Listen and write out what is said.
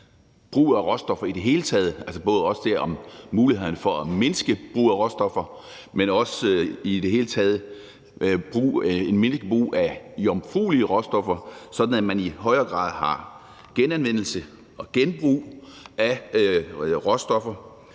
brugen af råstoffer i det hele taget, altså både mulighederne for at mindske brugen af råstoffer, men også for at mindske brugen af jomfruelige råstoffer, sådan at man i højere grad har genanvendelse og genbrug af råstoffer.